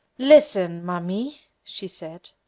listen, ma mie, she said,